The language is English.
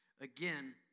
again